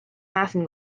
hasten